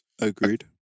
Agreed